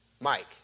Mike